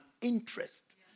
interest